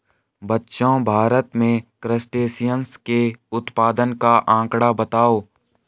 बच्चों भारत में क्रस्टेशियंस के उत्पादन का आंकड़ा बताओ?